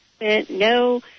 no